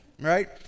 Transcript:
right